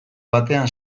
batean